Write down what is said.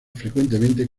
frecuentemente